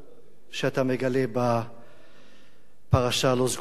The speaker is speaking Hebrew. שאתה מגלה בפרשה הלא-סגורה הזאת.